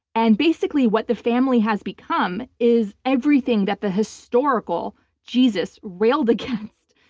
and basically what the family has become is everything that the historical jesus railed against.